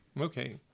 Okay